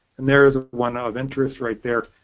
and there is ah one of interest right there.